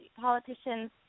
politicians